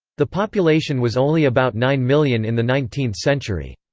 the population was only about nine million in the nineteenth century.